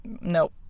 nope